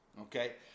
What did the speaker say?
Okay